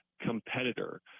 competitor